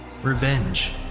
revenge